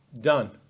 done